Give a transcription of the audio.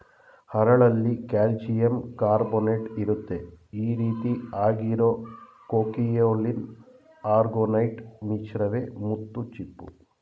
ಹರಳಲ್ಲಿ ಕಾಲ್ಶಿಯಂಕಾರ್ಬೊನೇಟ್ಇರುತ್ತೆ ಈರೀತಿ ಆಗಿರೋ ಕೊಂಕಿಯೊಲಿನ್ ಆರೊಗೊನೈಟ್ ಮಿಶ್ರವೇ ಮುತ್ತುಚಿಪ್ಪು